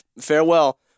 Farewell